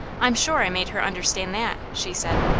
i'm sure i made her understand that, she said.